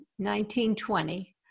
1920